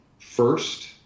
first